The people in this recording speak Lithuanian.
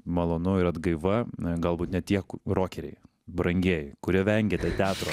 malonu ir atgaiva galbūt ne tiek rokeriai brangieji kurie vengiate teatro